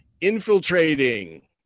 infiltrating